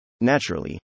Naturally